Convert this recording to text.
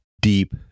deep